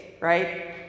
right